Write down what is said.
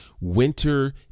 Winter